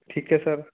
ਠੀਕ ਹੈ ਸਰ